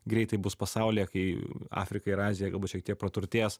greitai bus pasaulyje kai afrika ir azija galbūt šiek tiek praturtės